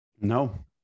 no